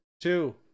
two